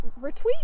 retweet